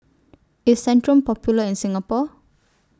IS Centrum Popular in Singapore